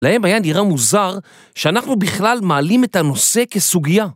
להם היה נראה מוזר שאנחנו בכלל מעלים את הנושא כסוגייה.